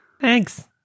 thanks